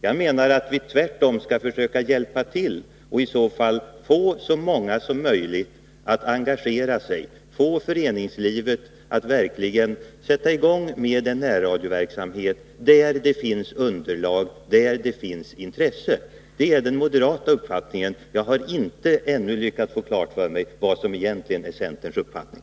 Jag menar att vi tvärtom skall försöka hjälpa till och få så många som möjligt att engagera sig, få föreningslivet att verkligen sätta i gång med en närradioverksamhet där det finns underlag och intresse. Det är den moderata uppfattningen. Jag har ännu inte lyckats få klart för mig vad som egentligen är centerns uppfattning.